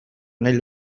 nahi